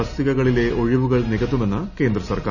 തസ്തികകളിലെ ഋഴിവുകൾ നികത്തുമെന്ന് കേന്ദ്ര സർക്കാർ